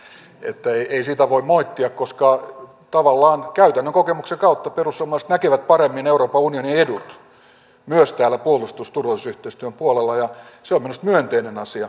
että ei siitä voi moittia koska tavallaan käytännön kokemuksen kautta perussuomalaiset näkevät paremmin euroopan unionin edut myös täällä puolustus turvallisuusyhteistyön puolella ja se on minusta myönteinen asia